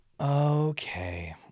Okay